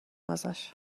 ازش